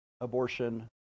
abortion